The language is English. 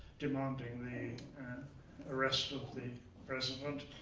demanding the and arrest of the president.